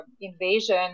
invasion